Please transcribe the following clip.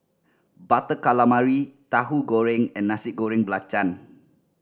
Butter Calamari Tahu Goreng and Nasi Goreng Belacan